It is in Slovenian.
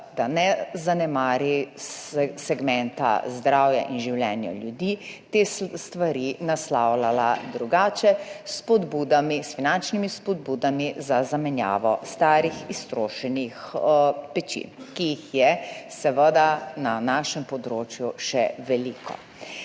da ne zanemari segmenta zdravja in življenja ljudi, te stvari naslavljala drugače – s finančnimi spodbudami za zamenjavo starih, iztrošenih peči, ki jih je seveda na našem področju še veliko.